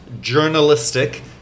journalistic